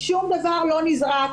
שום דבר לא נזרק.